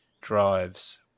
drives